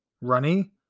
Runny